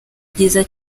byiza